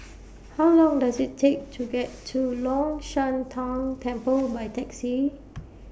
How Long Does IT Take to get to Long Shan Tang Temple By Taxi